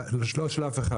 לא של אף אחד,